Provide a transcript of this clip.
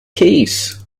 keys